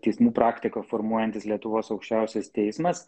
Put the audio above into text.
teismų praktiką formuojantis lietuvos aukščiausias teismas